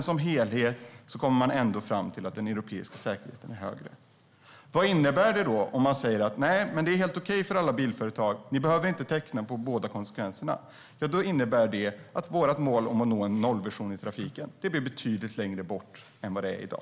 Som helhet kommer man ändå fram till att den europeiska säkerheten är högre. Vad innebär det om man säger att det är helt okej för bilföretag att inte teckna avtal för båda konsekvenserna? Det innebär att vårt mål om att nå en nollvision i trafiken hamnar betydligt längre bort än i dag.